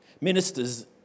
Ministers